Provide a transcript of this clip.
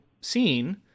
scene